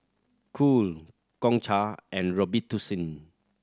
Cool Gongcha and Robitussin